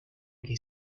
que